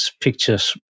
pictures